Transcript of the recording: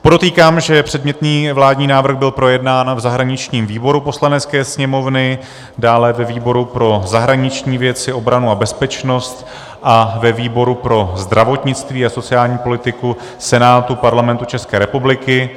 Podotýkám, že předmětný vládní návrh byl projednán v zahraničním výboru Poslanecké sněmovny, dále ve výboru pro zahraniční věci, obranu a bezpečnost a ve výboru pro zdravotnictví a sociální politiku Senátu Parlamentu České republiky.